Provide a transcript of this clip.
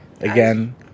Again